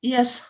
Yes